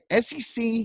SEC